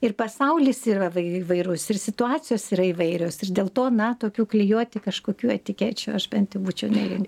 ir pasaulis yra vai įvairus ir situacijos yra įvairios ir dėl to na tokių klijuoti kažkokių etikečių aš bent jau būčiau nelin